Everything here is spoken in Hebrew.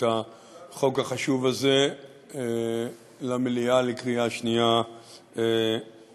החוק החשוב הזה למליאה לקריאה שנייה ושלישית.